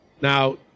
Now